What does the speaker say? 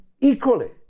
equally